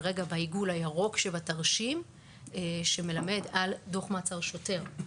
בעיגול הירוק שבתרשים שמלמד על דוח מעצר שוטר,